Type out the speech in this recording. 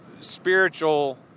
spiritual